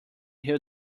hill